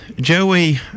Joey